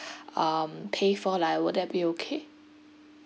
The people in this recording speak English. um pay for lah will that be okay